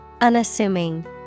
Unassuming